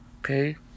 okay